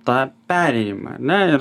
tą perėjimą ar ne ir